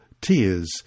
tears